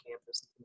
campus